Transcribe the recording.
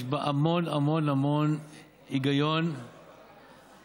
יש בה המון המון המון היגיון וצורך,